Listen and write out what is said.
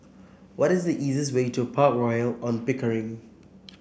what is the easiest way to Park Royal On Pickering